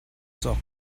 cawk